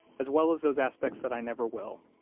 as well as those aspects that i never will,